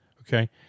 okay